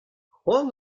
cʼhoant